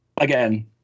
again